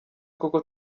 koko